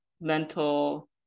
mental